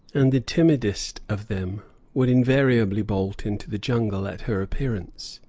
and the timidest of them would invariably bolt into the jungle at her appearance.